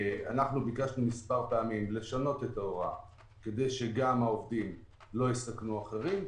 ביקשנו מספר פעמים לשנות את ההוראה כך שהעובדים לא יסכנו אחרים,